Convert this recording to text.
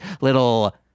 little